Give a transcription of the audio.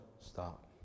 stop